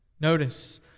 Notice